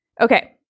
Okay